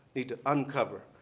need to uncover,